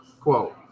Quote